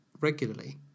regularly